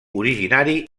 originari